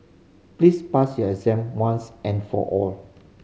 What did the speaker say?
please pass your exam once and for all